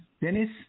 Dennis